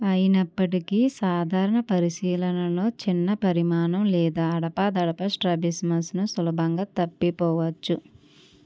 అయినప్పటికీ సాధారణ పరిశీలనలో చిన్న పరిమాణం లేదా అడపాదడపా స్ట్రాబిస్మస్ను సులభంగా తప్పిపోవచ్చు